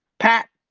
pat.